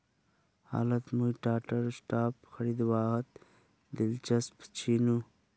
हालत मुई टाटार स्टॉक खरीदवात दिलचस्प छिनु